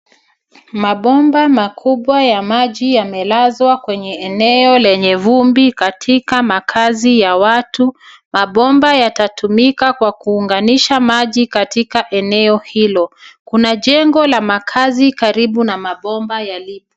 Mabomba makubwa ya maji yamelazwa kwenye eneo lenye vumbi katika makazi ya watu. Mabomba yatatumika kwa kuunganisha maji katika eneo hilo. Kuna jengo la makazi karibu na mabomba yalipo.